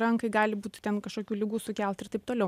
rankai gali būti ten kažkokių ligų sukelta ir taip toliau